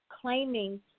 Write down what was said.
claiming